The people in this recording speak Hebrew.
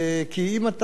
כי אתה ואני,